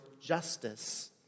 justice